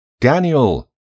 Daniel